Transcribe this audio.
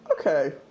Okay